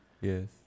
Yes